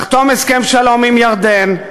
לחתום הסכם שלום עם ירדן,